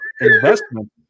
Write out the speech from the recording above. investment